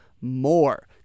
more